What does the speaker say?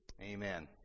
Amen